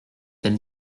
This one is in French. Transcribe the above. elle